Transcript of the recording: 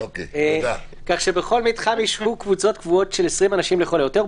-- "כך שבכל מתחם ישהו קבוצות קבועות של 20 אנשים לכל היותר,